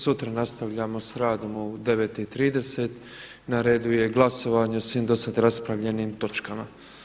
Sutra nastavljamo s radom u 9,30 na redu je glasovanje o svim do sada raspravljenim točkama.